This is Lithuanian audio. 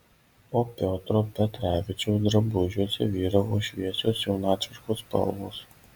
o piotro petravičiaus drabužiuose vyravo šviesios jaunatviškos spalvos